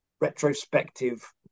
retrospective